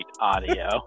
audio